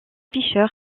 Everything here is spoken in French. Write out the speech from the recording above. fisher